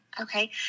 Okay